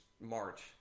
March